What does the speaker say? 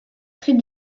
très